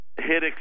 Hit